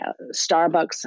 Starbucks